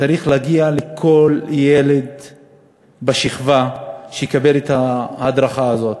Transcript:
צריך להגיע לכל ילד בשכבה, שיקבל את ההדרכה הזאת.